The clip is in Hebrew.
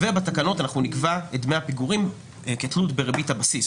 ובתקנות אנחנו נקבע את דמי הפיגורים כתלות בריבית הבסיס,